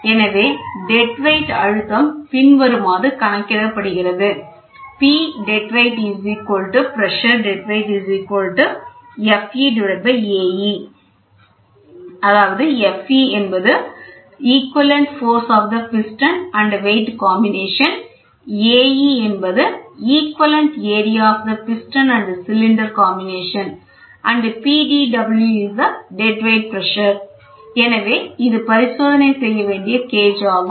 எனவே dead weight அழுத்தம் பின்வருமாறு கணக்கிடப்படுகிறது எனவே இது பரிசோதனை செய்ய வேண்டிய கேஜ் ஆகும்